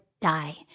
die